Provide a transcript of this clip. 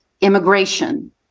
immigration